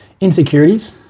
insecurities